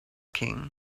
king